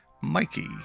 Mikey